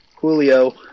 Julio